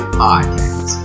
podcast